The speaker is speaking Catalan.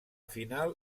final